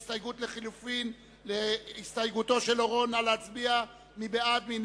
ההסתייגות לחלופין הראשונה של קבוצת סיעת מרצ,